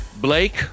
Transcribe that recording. Blake